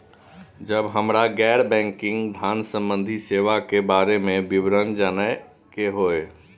जब हमरा गैर बैंकिंग धान संबंधी सेवा के बारे में विवरण जानय के होय?